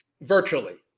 Virtually